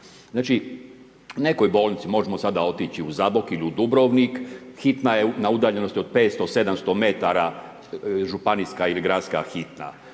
Znači, nekoj bolnici, možemo sada otići u Zabok ili u Dubrovnik, hitna je na udaljenosti od 500-700 metara, županijska ili gradska hitna.